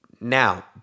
now